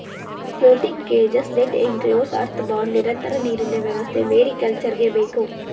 floating cages, net enclosures, earth bund, ನಿರಂತರ ನೀರಿನ ವ್ಯವಸ್ಥೆ ಮೇರಿಕಲ್ಚರ್ಗೆ ಬೇಕು